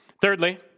Thirdly